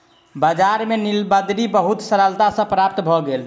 बजार में नीलबदरी बहुत सरलता सॅ प्राप्त भ गेल